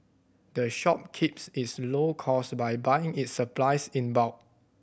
the shop keeps its low cost by buying its supplies in bulk